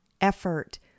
effort